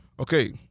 Okay